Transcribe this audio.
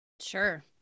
Sure